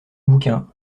bouquin